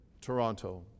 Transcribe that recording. Toronto